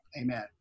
Amen